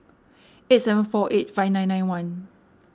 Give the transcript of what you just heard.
eight seven four eight five nine nine one